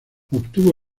obtuvo